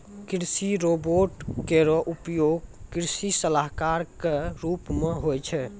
कृषि रोबोट केरो उपयोग कृषि सलाहकार क रूप मे होय छै